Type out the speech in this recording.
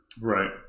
Right